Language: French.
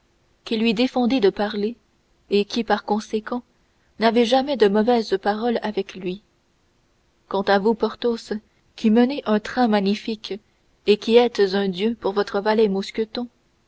qui lui défendez de parler et qui par conséquent n'avez jamais de mauvaises paroles avec lui à vous porthos qui menez un train magnifique et qui êtes un dieu pour votre valet mousqueton